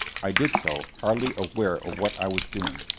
i did so, hardly aware of what i was doing,